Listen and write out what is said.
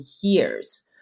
years